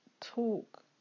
talk